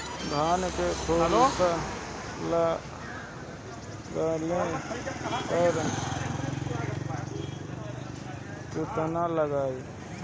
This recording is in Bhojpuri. धान के झुलसा लगले पर विलेस्टरा कितना लागी?